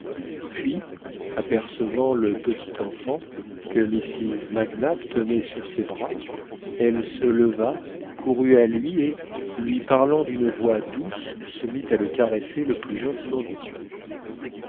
puis apercevant le petit enfant que mrs mac nap tenait sur ses bras elle se leva courut à lui et lui parlant d'une voix douce se mit à le caresser le plus gentiment du monde